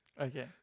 Okay